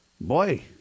Boy